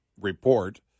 report